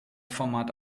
format